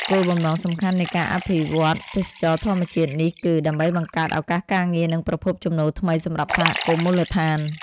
គោលបំណងសំខាន់នៃការអភិវឌ្ឍទេសចរណ៍ធម្មជាតិនេះគឺ ដើម្បីបង្កើតឱកាសការងារ និងប្រភពចំណូលថ្មីសម្រាប់សហគមន៍មូលដ្ឋាន។